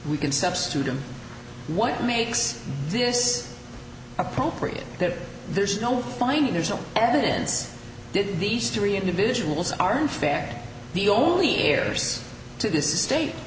we can substitute them what makes this appropriate that there's no finding there's no evidence did these three individuals are in fact the only heirs to this estate